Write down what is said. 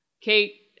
Kate